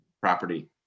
property